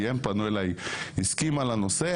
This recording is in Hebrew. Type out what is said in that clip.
הסכימה לנושא,